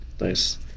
Nice